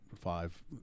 five